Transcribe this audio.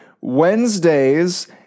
Wednesdays